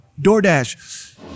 DoorDash